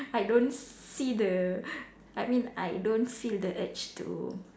I don't see the I mean I don't feel the urge to